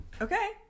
Okay